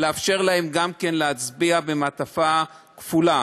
לאפשר להם גם כן להצביע במעטפה כפולה.